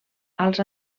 als